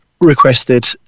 requested